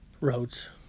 Roads